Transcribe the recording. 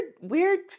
weird